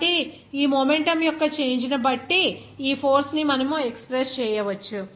కాబట్టి ఈ మొమెంటం యొక్క చేంజ్ ని బట్టి ఈ ఫోర్స్ ని మనం ఎక్స్ప్రెస్ చేయవచ్చు